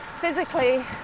Physically